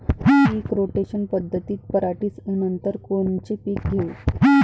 पीक rotation पद्धतीत पराटीनंतर कोनचे पीक घेऊ?